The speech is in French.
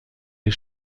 les